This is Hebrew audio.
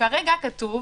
שכרגע כתוב: